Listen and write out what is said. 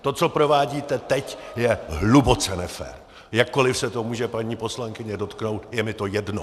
To, co provádíte teď, je hluboce nefér, jakkoli se to může paní poslankyně dotknout je mi to jedno.